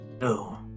No